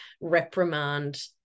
reprimand